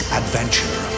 adventure